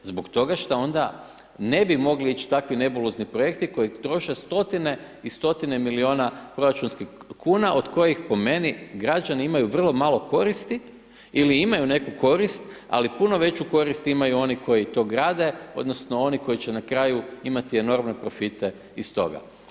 Zbog toga šta onda ne bi mogli ić' takvi nebulozni projekti koji troše stotine i stotine milijuna proračunskih kuna od koji, po meni, građani imaju vrlo malo koristi, ili imaju neku korist, ali puno veću koristi imaju oni koji to grade odnosno oni koji će na kraju imati enormne profite iz toga.